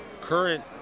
current